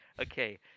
okay